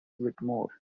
whitmore